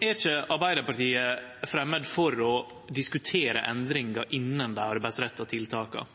er ikkje framandt for å diskutere endringar innan dei arbeidsretta tiltaka.